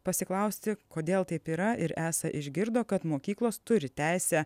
pasiklausti kodėl taip yra ir esą išgirdo kad mokyklos turi teisę